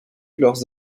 leurs